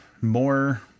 more